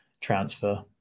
transfer